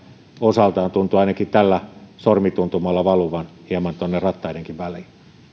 osaltaan tuntuvat ainakin sormituntumalla valuvan hieman tuonne rattaidenkin väliin